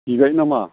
गिबाय नामा